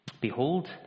Behold